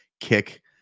kick